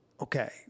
Okay